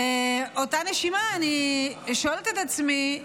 באותה נשימה, אני שואלת את עצמי: